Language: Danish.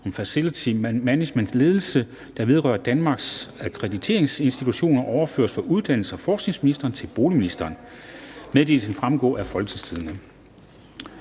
og facility managementledelse der vedrører Danmarks Akkrediteringsinstitution overføres fra uddannelses- og forskningsministeren til boligministeren. Meddelelsen vil fremgå af www.folketingstidende.dk